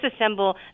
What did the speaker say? disassemble